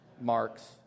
Mark's